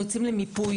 כשאנחנו יוצאים למיפוי,